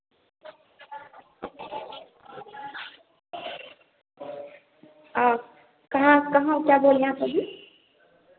कहाँ कहाँ क्या बोल रहे हैं आप अभी